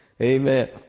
Amen